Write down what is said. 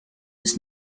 was